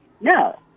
No